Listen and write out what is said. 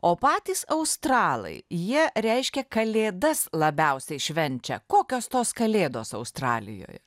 o patys australai jie reiškia kalėdas labiausiai švenčia kokios tos kalėdos australijoj